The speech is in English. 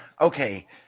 okay